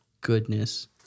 goodness